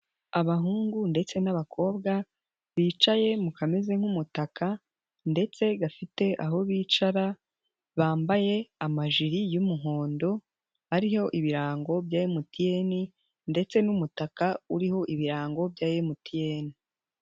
Abahungu ndetse n'abakobwa bicaye mu kameze nk'umutaka ndetse gafite aho bicara, bambaye amajiri y'umuhondo ariho ibirango bya MTN ndetse n'umutaka uriho ibirango bya MTN.